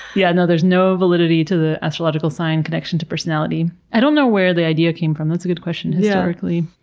yeah no, there is no validity to the astrological sign connection to personality. i don't know where the idea came from. that's a good question, historically.